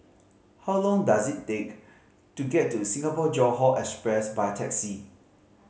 how long does it take to get to Singapore Johore Express by taxi